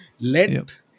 Let